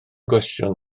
gwestiwn